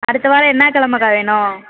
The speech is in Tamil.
அடுத்த வாரம் என்ன கெழமைக்கா வேணும்